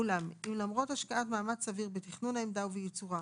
אולם אם למרות השקעת מאמץ סביר בתכנון העמדה ובייצורה,